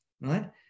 right